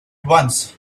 once